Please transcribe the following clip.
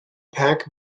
pack